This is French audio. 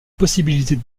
possibilités